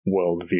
worldview